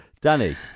Danny